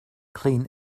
clean